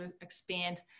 expand